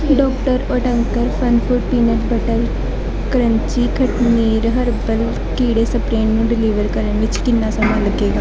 doctor Oetker FunFood peanut butter crunchy ਖਟਨੀਲ herbal ਕੀੜੇ spray ਨੂੰ ਡਿਲੀਵਰ ਕਰਨ ਵਿੱਚ ਕਿੰਨਾ ਸਮਾਂ ਲੱਗੇਗਾ